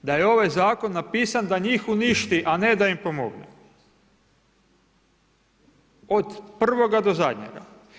Da je ovaj zakon napisan da njih uništi a ne da im pomogne od prvoga do zadnjega.